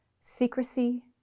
secrecy